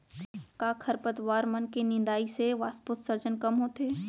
का खरपतवार मन के निंदाई से वाष्पोत्सर्जन कम होथे?